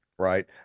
Right